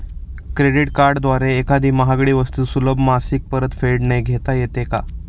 Credit कार्डद्वारे एखादी महागडी वस्तू सुलभ मासिक परतफेडने घेता येते का?